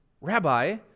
Rabbi